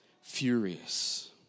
furious